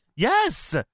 Yes